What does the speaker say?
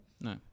No